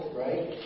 right